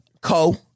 Co